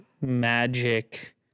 magic